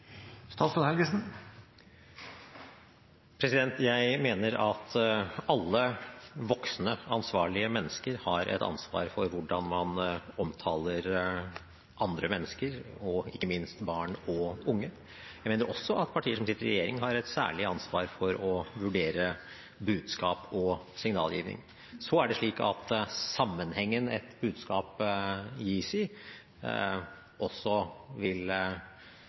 Jeg mener at alle voksne, ansvarlige mennesker har et ansvar for hvordan man omtaler andre mennesker, ikke minst barn og unge. Jeg mener også at partier som sitter i regjering, har et særlig ansvar for å vurdere budskap og signalgiving. Sammenhengen et budskap gis i, vil også